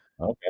okay